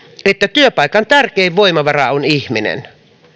että työpaikan tärkein voimavara on ihminen